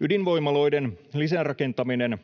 Ydinvoimaloiden lisärakentaminen